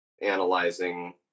analyzing